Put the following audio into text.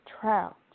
trout